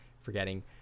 Forgetting